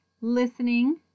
listening